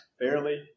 fairly